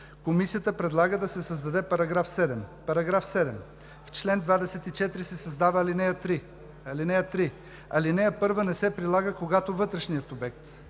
Комисията предлага да се създаде § 7: „§ 7. В чл. 24 се създава ал. 3: „(3) Алинея 1 не се прилага, когато вътрешният обект: